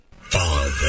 father